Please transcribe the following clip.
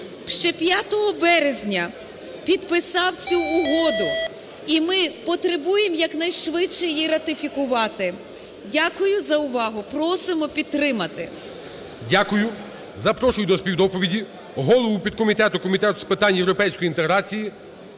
ще 5 березня підписав цю угоду і ми потребуємо якнайшвидше її ратифікувати. Дякую за увагу. Просимо підтримати. ГОЛОВУЮЧИЙ. Дякую. Запрошую до співдоповіді голову підкомітету Комітету з питань європейської інтеграції